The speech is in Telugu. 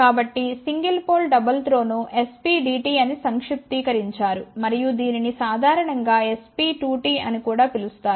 కాబట్టి సింగిల్ పోల్ డబుల్ త్రోను SPDT అని సంక్షిప్తీకరించారు మరియు దీనిని సాధారణం గా SP2T అని కూడా పిలుస్తారు